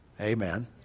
Amen